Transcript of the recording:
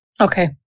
Okay